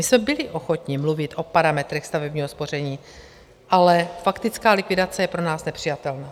My jsme byli ochotni mluvit o parametrech stavebního spoření, ale faktická likvidace je pro nás nepřijatelná.